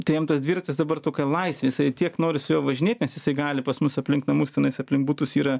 tai jam tas dviratis dabar tokia laisvė jisai tiek nori su juo važinėt nes jisai gali pas mus aplink namus tenais aplink butus yra